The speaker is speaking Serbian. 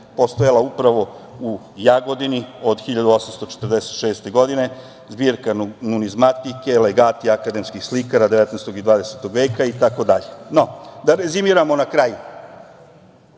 postojala upravo u Jagodini od 1846. godine, zbirka numizmatike, legati akademskih slikara 19. i 20. veka itd. Da rezimiram na kraju.